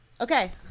Okay